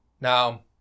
Now